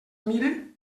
mire